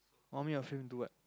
normally your friend do what